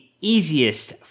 easiest